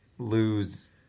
lose